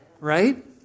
Right